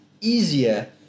easier